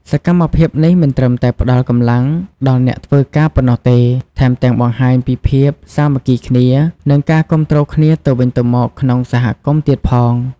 សកម្មភាពនេះមិនត្រឹមតែផ្តល់កម្លាំងដល់អ្នកធ្វើការប៉ុណ្ណោះទេ ថែមទាំងបង្ហាញពីភាពសាមគ្គីគ្នា និងការគាំទ្រគ្នាទៅវិញទៅមកក្នុងសហគមន៍ទៀតផង។